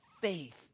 faith